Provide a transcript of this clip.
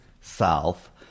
south